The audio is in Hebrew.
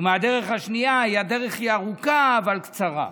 ומהדרך השנייה הדרך היא ארוכה אבל קצרה.